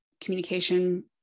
communication